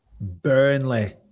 Burnley